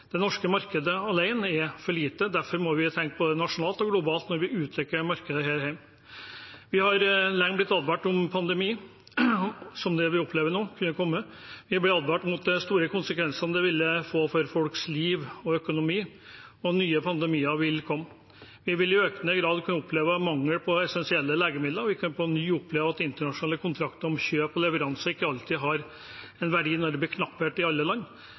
Det norske markedet alene er for lite. Derfor må vi tenke både nasjonalt og globalt når vi utvikler markedet her hjemme. Vi har lenge blitt advart om at en pandemi som den vi opplever nå, kunne komme. Vi er blitt advart mot de store konsekvensene det ville få for folks liv og økonomi. Nye pandemier vil komme. Vi vil i økende grad kunne oppleve mangel på essensielle legemidler, og vi kan på ny oppleve at internasjonale kontrakter om kjøp og leveranse ikke alltid har en verdi når det blir knapphet i alle land.